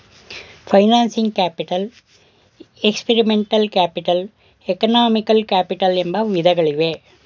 financing capital, experimental capital, economical capital ಎಂಬ ವಿಧಗಳಿವೆ